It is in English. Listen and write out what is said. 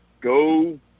go